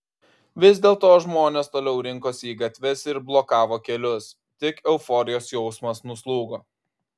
vis dėlto žmonės toliau rinkosi į gatves ir blokavo kelius tik euforijos jausmas nuslūgo